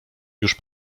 już